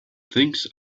things